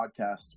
podcast